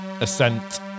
ascent